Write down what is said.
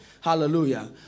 Hallelujah